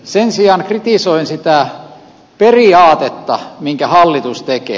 sen sijaan kritisoin sitä periaatetta minkä hallitus tekee